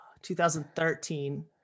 2013